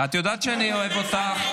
את יודעת שאני אוהב אותך,